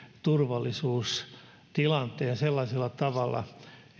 turvallisuustilanteen sellaisella tavalla